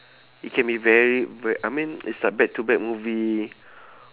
it can be very ba~ I mean it's like back to back movie